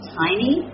tiny